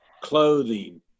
clothing